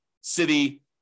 city